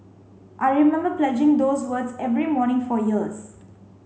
I remember pledging those words every morning for years